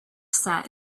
sat